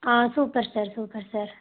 ah super sir super sir